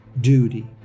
duty